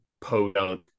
podunk